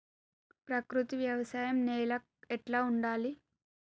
ప్రకృతి వ్యవసాయం నేల ఎట్లా ఉండాలి?